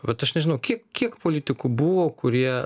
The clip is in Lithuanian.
vat aš nežinau kiek kiek politikų buvo kurie